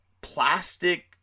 plastic